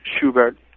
Schubert